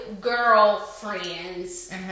girlfriends